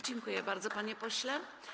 Dziękuję bardzo, panie pośle.